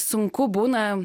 sunku būna